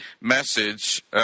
message